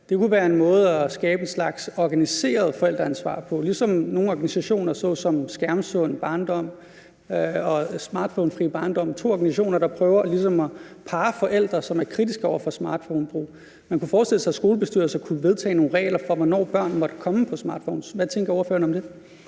Det kunne være en måde at skabe en slags organiseret forældreansvar på, ligesom der er organisationer såsom Skærmsund Barndom og Smartphonefri Barndom, to organisationer, der ligesom prøver at parre forældre, som er kritiske over for smartphonebrug. Man kunne forestille sig, at skolebestyrelser kunne vedtage nogle regler for, hvornår børn måtte komme på smartphones. Hvad tænker ordføreren om det?